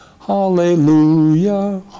Hallelujah